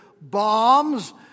bombs